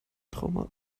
trauma